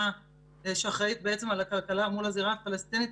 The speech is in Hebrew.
שאחראית על הכלכלה מול הזירה הפלסטינית,